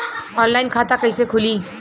Online खाता कइसे खुली?